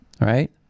right